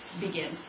begin